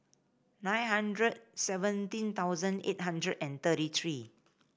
nine hundred seventeen thousand eight hundred and thirty three